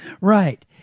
right